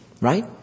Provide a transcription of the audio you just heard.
right